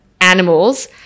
animals